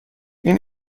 این